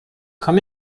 come